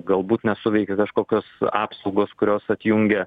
galbūt nesuveikia kažkokios apsaugos kurios atjungia